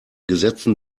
gesetzen